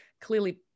Clearly